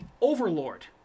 Overlord